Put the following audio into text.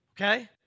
Okay